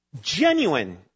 Genuine